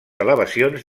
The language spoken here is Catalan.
elevacions